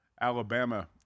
Alabama